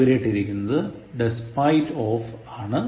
അടിവരയിട്ടിരിക്കുന്നത് Despite of ആണ്